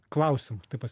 klausimų taip pat